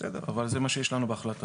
בסדר, אבל זה מה שיש לנו בהחלטה.